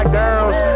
girls